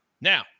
Now